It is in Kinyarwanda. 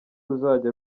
ruzajya